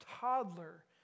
toddler